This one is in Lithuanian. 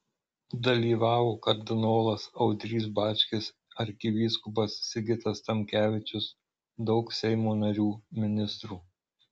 dalyvavo kardinolas audrys bačkis arkivyskupas sigitas tamkevičius daug seimo narių ministrų